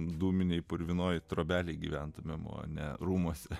dūminėje purvinoje trobelėje gyventumėme mane rūmuose